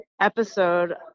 episode